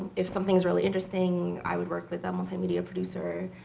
if something's really interesting, i would work with a multimedia producer.